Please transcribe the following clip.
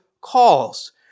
calls